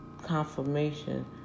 confirmation